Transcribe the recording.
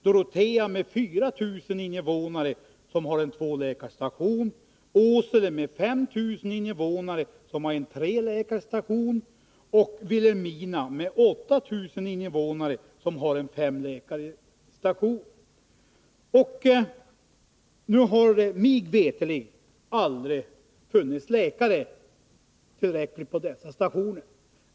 Dorotea med 4 000 innevånare har en tvåläkarstation, Åsele med 5 000 innevånare har en treläkarstation och Vilhelmina med 8 000 innevånare har en femläkarstation. Nu har det, mig veterligt, aldrig funnits tillräckligt med läkare på dessa stationer.